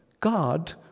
God